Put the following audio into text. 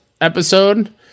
episode